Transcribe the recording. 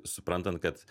suprantant kad